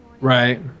Right